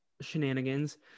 shenanigans